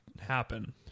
happen